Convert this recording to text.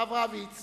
הרב רביץ